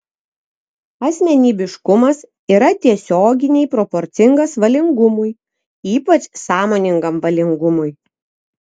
asmenybiškumas yra tiesioginiai proporcingas valingumui ypač sąmoningam valingumui